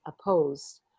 opposed